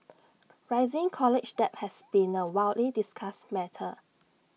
rising college debt has been A widely discussed matter